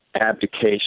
abdication